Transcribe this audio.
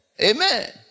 Amen